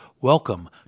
Welcome